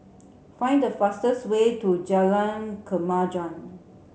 find the fastest way to Jalan Kemajuan